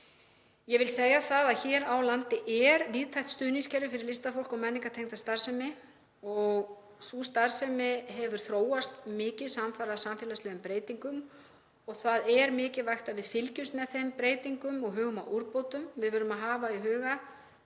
Ég vil segja það að hér á landi er víðtækt stuðningskerfi fyrir listafólk og menningartengda starfsemi. Sú starfsemi hefur þróast mikið samferða samfélagslegum breytingum. Það er mikilvægt að við fylgjumst með þeim breytingum og hugum að úrbótum. Við verðum að hafa í huga